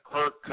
Kirk